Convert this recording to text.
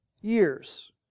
years